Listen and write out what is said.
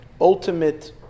ultimate